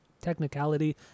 technicality